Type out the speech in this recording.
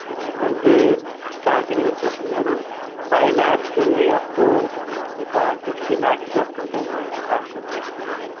అంటే స్టార్టింగ్ వచ్చి madam five lakhs నుండి అప్టూ ఒక ఫిఫ్టీ ల్యాక్స్ వరకు ఉంటాయి మేడమ్ కార్స్ వచ్చి